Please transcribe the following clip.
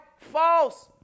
false